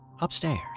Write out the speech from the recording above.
upstairs